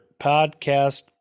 podcast